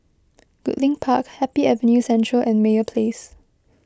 Goodlink Park Happy Avenue Central and Meyer Place